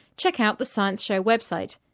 check out the science show website,